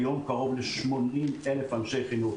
היום משתתפים במערכת קרוב ל-80,000 אנשי חינוך